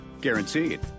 Guaranteed